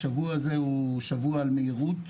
השבוע הזה הוא שבוע על מהירות,